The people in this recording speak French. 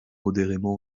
modérément